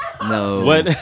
No